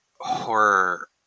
horror